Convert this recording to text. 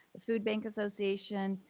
the food bank association,